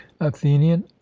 athenian